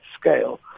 scale